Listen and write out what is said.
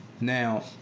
Now